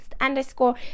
underscore